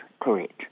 correct